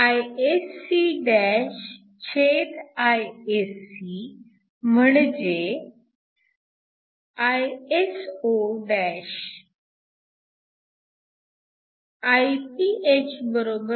IscIsc म्हणजे Iso Iph 2 आहे